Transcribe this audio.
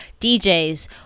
DJs